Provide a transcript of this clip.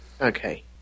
Okay